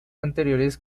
anteriores